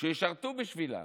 שישרתו בשבילם.